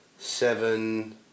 Seven